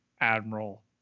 Admiral